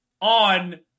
on